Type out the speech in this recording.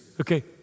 Okay